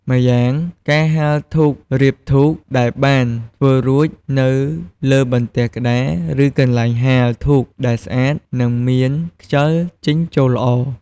ម្យ៉ាងការហាលធូបរៀបធូបដែលបានធ្វើរួចនៅលើបន្ទះក្តារ ឬកន្លែងហាលធូបដែលស្អាត និងមានខ្យល់ចេញចូលល្អ។